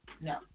No